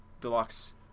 deluxe